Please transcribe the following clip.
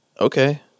Okay